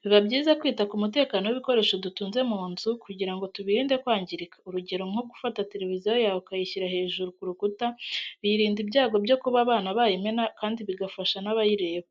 Biba byiza kwita ku mutekeno w'ibikoresho dutunze mu nzu kugira ngo tubirinde kwangirika, urugero nko gufata televiziyo yawe ukayishyira hejuru ku rukuta biyirinda ibyago byo kuba abana bayimena kandi bigafasha n'abayireba.